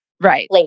Right